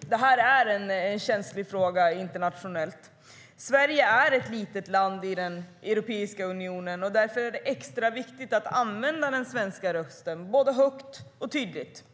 Detta är en känslig fråga internationellt. Sverige är ett litet land i Europeiska unionen. Därför är det extra viktigt att använda den svenska rösten både högt och tydligt.